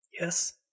Yes